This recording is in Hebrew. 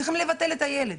צריכים לבטל את הילד.